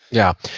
yeah,